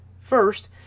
First